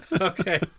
Okay